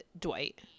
dwight